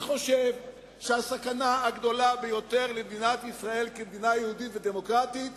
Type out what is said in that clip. אני חושב שהסכנה הגדולה ביותר למדינת ישראל כמדינה יהודית ודמוקרטית